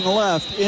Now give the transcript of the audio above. left